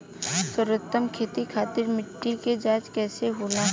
सर्वोत्तम खेती खातिर मिट्टी के जाँच कइसे होला?